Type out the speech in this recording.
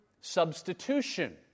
substitution